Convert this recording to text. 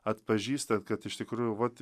atpažįstat kad iš tikrųjų vat